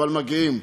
אבל מגיעים.